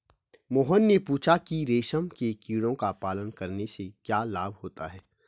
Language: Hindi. मोहन ने पूछा कि रेशम के कीड़ों का पालन करने से क्या लाभ होता है?